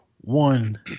One